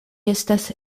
estas